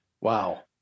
Wow